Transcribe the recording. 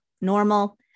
normal